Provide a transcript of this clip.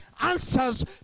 answers